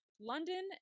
London